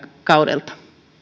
kaudelta